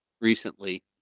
recently